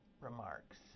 remarks